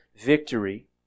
victory